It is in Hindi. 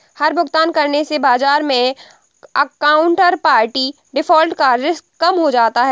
हर भुगतान करने से बाजार मै काउन्टरपार्टी डिफ़ॉल्ट का रिस्क कम हो जाता है